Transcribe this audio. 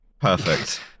perfect